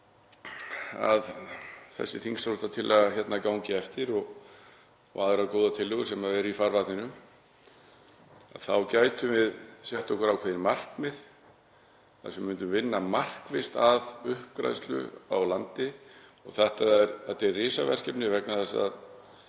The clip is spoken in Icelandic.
að þessi þingsályktunartillaga gangi eftir og aðrar góðar tillögur sem eru í farvatninu þá gætum við sett okkur ákveðin markmið þar sem við myndum vinna markvisst að uppgræðslu á landi. Þetta er risaverkefni vegna þess að